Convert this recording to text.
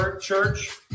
church